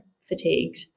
fatigued